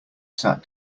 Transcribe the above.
sat